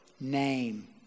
name